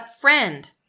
friend